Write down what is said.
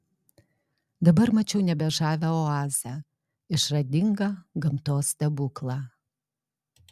dabar mačiau nebe žavią oazę išradingą gamtos stebuklą